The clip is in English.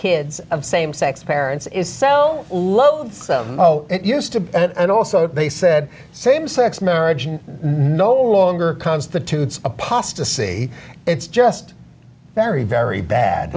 kids of same sex parents is so loathsome oh it used to be and also they said same sex marriage no longer constitutes apostasy it's just very very bad